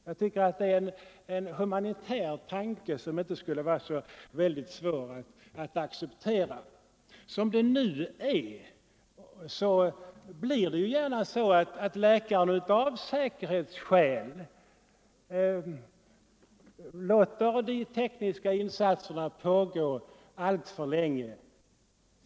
Jag tycker detta är en humanitär tanke, som det inte borde vara svårt att acceptera. Som det nu är blir det gärna så, att läkaren av säkerhetsskäl låter de tekniska insatserna pågå alltför länge.